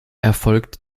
erfolgt